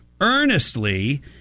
earnestly